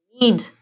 need